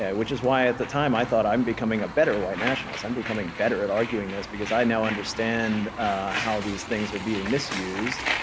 yeah which is why, at the time, i thought, i'm becoming a better white nationalist. i'm becoming better at arguing this, because i now understand how these things are being misused.